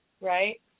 right